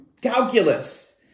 calculus